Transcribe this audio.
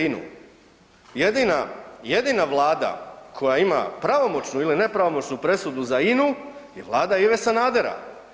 Jedina, jedina vlada koja ima pravomoćnu ili nepravomoćnu presudu za INU je vlada Ive Sanadera.